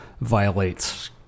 violates